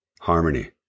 harmony